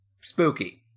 spooky